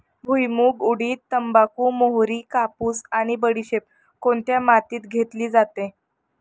भुईमूग, उडीद, तंबाखू, मोहरी, कापूस आणि बडीशेप कोणत्या मातीत घेतली जाते?